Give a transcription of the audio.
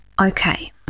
Okay